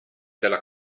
della